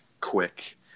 quick